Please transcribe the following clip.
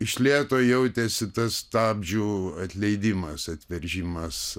iš lėto jautėsi tas stabdžių atleidimas atveržimas